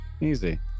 Easy